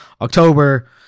October